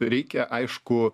reikia aišku